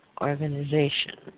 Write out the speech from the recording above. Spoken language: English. Organization